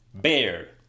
Bear